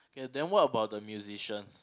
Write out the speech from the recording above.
ya then what about the musicians